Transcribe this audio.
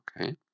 Okay